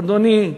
אדוני,